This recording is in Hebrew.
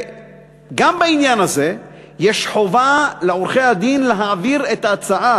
גם בעניין הזה יש חובה לעורכי-הדין להעביר את ההצעה